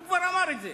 הוא כבר אמר את זה.